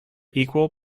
equal